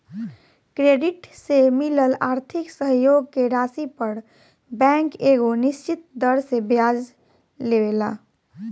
credit से मिलल आर्थिक सहयोग के राशि पर बैंक एगो निश्चित दर से ब्याज लेवेला